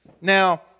Now